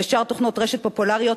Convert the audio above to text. ושאר תוכנות רשת פופולריות,